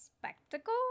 spectacle